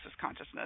Consciousness